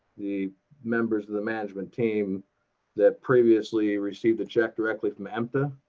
the members of the management team that previously received a check directly from ntha.